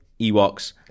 Ewoks